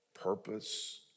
purpose